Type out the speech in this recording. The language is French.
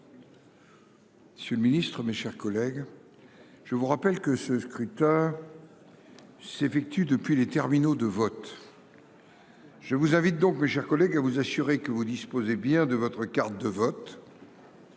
Monsieur le Ministre, mes chers collègues, je vous rappelle que ce scrutin s'effectue depuis les terminaux de vote, je vous invite donc, mes chers collègues, à vous assurer que vous disposez bien de votre carte de vote.